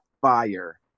fire